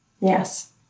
Yes